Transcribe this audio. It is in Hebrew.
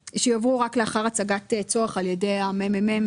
לאחר הצגת צורך על ידי הממ"מ,